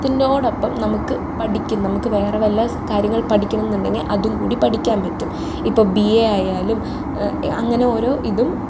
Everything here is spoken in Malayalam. ത്തിനോടൊപ്പം നമുക്ക് പഠിക്കും നമുക്ക് വേറെ വല്ല കാര്യങ്ങൾ പഠിക്കണമെന്നുണ്ടെങ്കിൽ അതും കൂടി പഠിക്കാൻ പറ്റും ഇപ്പോൾ ബി എ ആയാലും അങ്ങനെ ഓരോ ഇതും